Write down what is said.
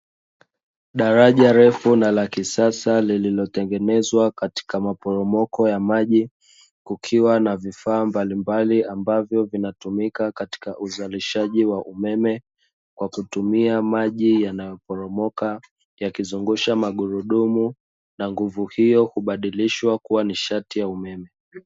Daraja refu na la kisasa lililotengenezwa katika maporomoko ya maji, kukiwa na vifaa mbalimbali ambavyo vinatumika katika uzalishaji wa umeme, kwa kutumia maji yanayoporomoka yakizungusha magurudumu, na nguvu hiyo hubadilishwa kuwa nishati ya umeme.